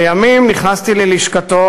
לימים נכנסתי ללשכתו,